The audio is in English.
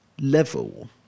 level